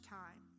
time